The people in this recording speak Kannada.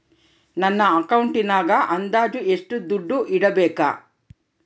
ನನ್ನ ಅಕೌಂಟಿನಾಗ ಅಂದಾಜು ಎಷ್ಟು ದುಡ್ಡು ಇಡಬೇಕಾ?